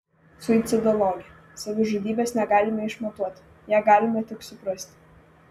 suicidologė savižudybės negalime išmatuoti ją galime tik suprasti